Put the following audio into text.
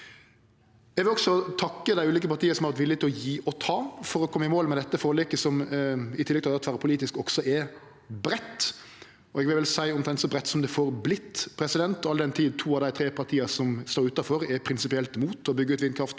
Eg vil også takke dei ulike partia som har vore villige til å gje og ta for å kome i mål med dette forliket som i tillegg til at det er tverrpolitisk, også er breitt – eg vil seie omtrent så breitt som det får vorte, all den tid to av dei tre partia som står utanfor, er prinsipielt mot å byggje ut vindkraft